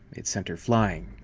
it sent her flying,